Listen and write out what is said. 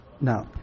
Now